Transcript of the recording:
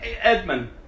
Edmund